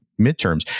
midterms